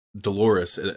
Dolores